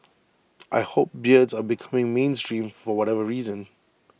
I hope beards are becoming mainstream for whatever reason